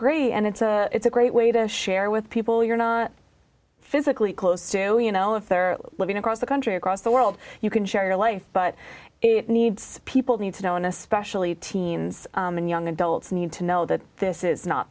great and it's a it's a great way to share with people you're not physically close to zero you know if they're living across the country across the world you can share your life but it needs people need to know and especially teens and young adults need to know that this is not